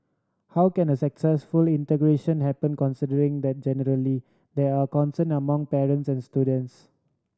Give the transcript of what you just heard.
how can a successful integration happen considering that generally there are concern among parents and students